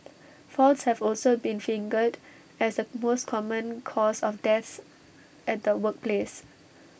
falls have also been fingered as the most common cause of deaths at the workplace